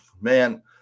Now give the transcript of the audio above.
man